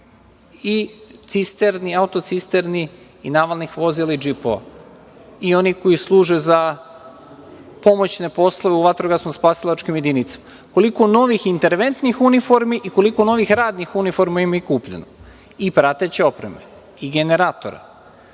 novih auto-cisterni i navalnih vozila i džipova i onih koja služe za pomoćne poslove u vatrogasno-spasilačkim jedinicama, koliko novih interventnih uniformi i koliko novih radnih uniformi je kupljeno i prateće opreme i generatora